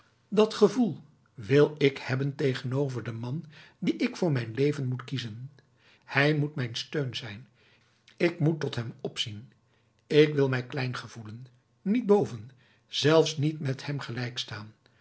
dat gevoel wil ik hebben tegenover den man dien ik voor mijn leven moet kiezen hij moet mijn steun zijn ik moet tot hem opzien ik wil mij klein gevoelen niet boven zelfs niet met hem